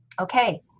okay